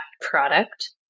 product